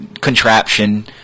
contraption